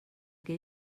que